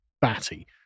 batty